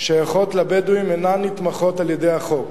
שייכות לבדואים אינה נתמכת על-ידי החוק: